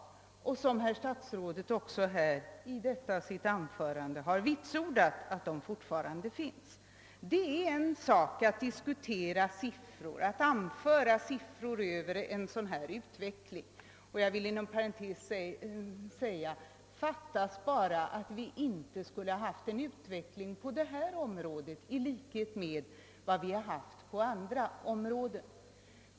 Herr statsrådet har också här i sitt anförande vitsordat att de fortfarande finns. Det är en sak att anföra siffror över den utveckling som skett. Jag vill inom parentes säga: Fattas bara att vi inte skulle ha haft en utveckling på detta område i likhet med vad vi har haft på andra områden.